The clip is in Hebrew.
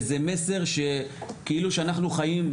וזה מסר כאילו שאנחנו חיים,